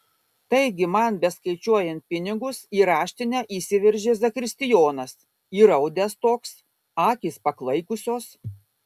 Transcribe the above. taigi man beskaičiuojant pinigus į raštinę įsiveržė zakristijonas įraudęs toks akys paklaikusios